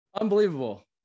unbelievable